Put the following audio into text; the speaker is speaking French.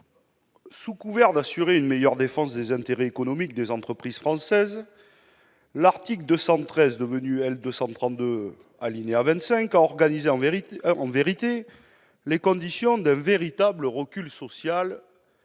Sous couvert d'assurer une meilleure défense des intérêts économiques des entreprises françaises, l'article L.232-25 du code de commerce a organisé les conditions d'un véritable recul social-